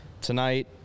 Tonight